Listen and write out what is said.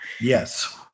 Yes